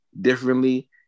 differently